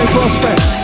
Prospect